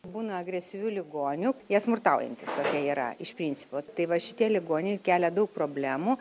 būna agresyvių ligonių jie smurtaujantys tokie yra iš principo tai va šitie ligoniai kelia daug problemų